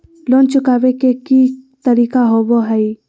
Loan चुकाबे के की तरीका होबो हइ?